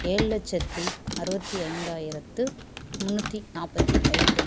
ஏழு லட்சத்து அறுபத்தி ஐந்தாயிரத்து முன்னுாற்றி நாற்பத்தி ஐந்து